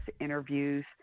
interviews